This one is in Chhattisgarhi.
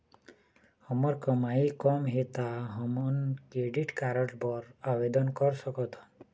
हमर कमाई कम हे ता हमन क्रेडिट कारड बर आवेदन कर सकथन?